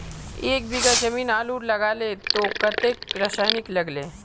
एक बीघा जमीन आलू लगाले तो कतेक रासायनिक लगे?